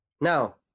Now